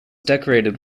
decorated